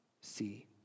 see